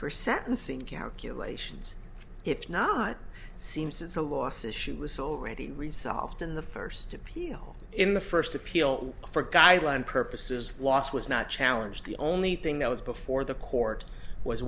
for sentencing calculations if not seems it's a loss issue was already resolved in the first appeal in the first appeal for guideline purposes was was not challenge the only thing that was before the court was